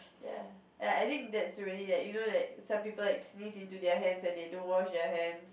ya I I think that's really like you know some people sneeze into their hands and they don't wash their hands